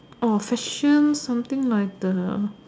fashion something like the